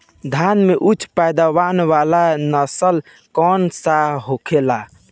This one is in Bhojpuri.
धान में उच्च पैदावार वाला नस्ल कौन सा होखेला?